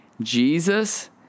Jesus